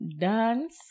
Dance